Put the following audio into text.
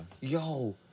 Yo